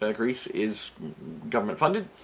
ah greece is government funded.